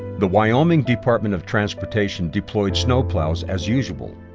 the wyoming department of transportation deployed snowplows as usual,